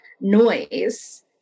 noise